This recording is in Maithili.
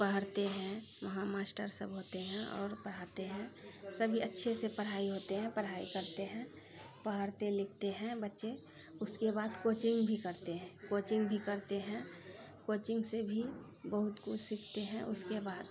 पढ़ते हैं वहाँ मास्टरसब होते हैं आओर पढ़ाते हैं सभी अच्छे से पढ़ाइ होते हैं पढ़ाइ करते हैं पढ़ते लिखते हैं बच्चे उसके बाद कोचिङ्ग भी करते हैं कोचिङ्ग भी करते हैं कोचिङ्ग से भी बहुत कुछ सीखते हैं उसके बाद